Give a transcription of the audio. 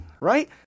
Right